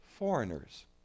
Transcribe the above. foreigners